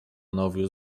nowiu